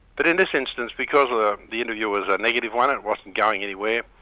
but in this instance, because ah the interview was a negative one, it wasn't going anywhere,